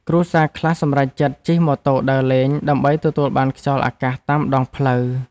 គ្រួសារខ្លះសម្រេចចិត្តជិះម៉ូតូដើរលេង ដើម្បីទទួលបានខ្យល់អាកាសតាមដងផ្លូវ។